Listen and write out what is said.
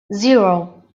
zero